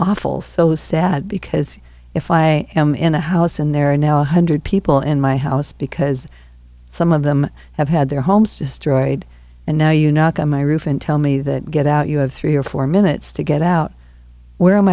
awful so sad because if i am in a house and there are now one hundred people in my house because some of them have had their homes destroyed and now you know i got my roof and tell me that get out you have three or four minutes to get out where am